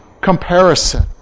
comparison